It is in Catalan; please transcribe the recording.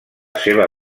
seva